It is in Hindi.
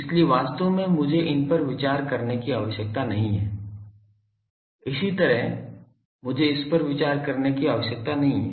इसलिए वास्तव में मुझे इन पर विचार करने की आवश्यकता नहीं है इसी तरह मुझे इस पर विचार करने की आवश्यकता नहीं है